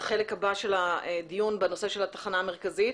החלק הבא של הדיון בנושא של התחנה המרכזית.